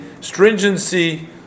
stringency